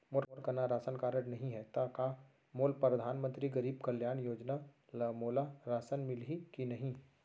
मोर करा ration card नहीं है त का मोल परधानमंतरी गरीब कल्याण योजना ल मोला राशन मिलही कि नहीं?